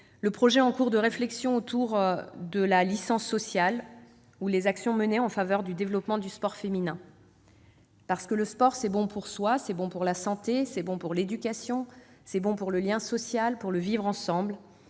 le projet en cours de réflexion autour de la notion de « licence sociale » ou les actions menées en faveur du développement du sport féminin. Le sport, c'est bon pour soi, c'est bon pour la santé, c'est bon pour l'éducation, c'est bon pour le lien social, pour le vivre ensemble,